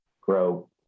grow